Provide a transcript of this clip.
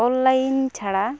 online ᱪᱷᱟᱲᱟ